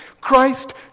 Christ